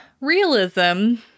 realism